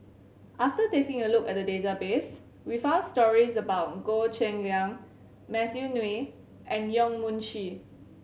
after taking a look at the database we found stories about Goh Cheng Liang Matthew Ngui and Yong Mun Chee